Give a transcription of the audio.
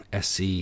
SC